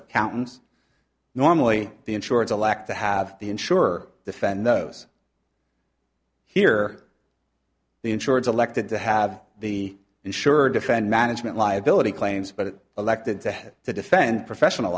accountants normally the insurance alack to have the insurer defend those here the insurance elected to have the insurer defend management liability claims but elected to have to defend professional